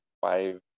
five